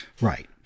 Right